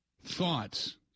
Thoughts